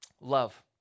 Love